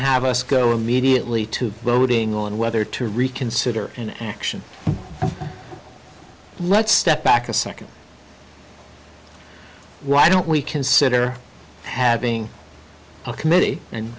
have us go immediately to voting on whether to reconsider an action let's step back a second why don't we consider having a committee and